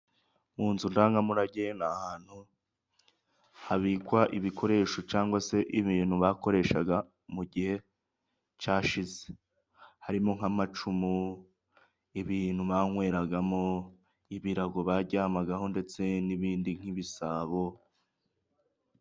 Mu nzu ndangamurage ni ahantu habikwa ibikoresho cyangwa se ibintu bakoreshaga mu gihe cyashize. Harimo nk'amacumu, ibintu banyweragamo, ibirago, baryamagaho ndetse n'ibindi nk'ibisabo.